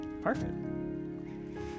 Perfect